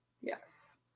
Yes